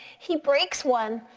he breaks one.